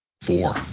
Four